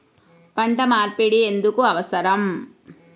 పంట మార్పిడి ఎందుకు అవసరం?